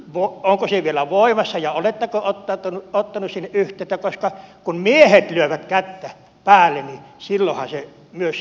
onko se vielä voimassa ja oletteko ottanut sinne yhteyttä koska kun miehet lyövät kättä päälle niin silloinhan se lupaus myös toteutetaan